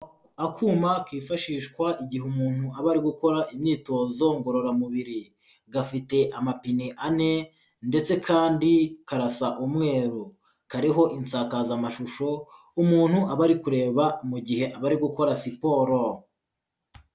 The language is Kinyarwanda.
Akuma kifashishwa igihe umuntu aba ari gukora imyitozo ngororamubiri, gafite amapine ane ndetse kandi karasa umweru. Kariho insakazamashusho umuntu aba ari kureba mu gihe aba ari gukora siporo.